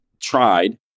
tried